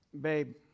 Babe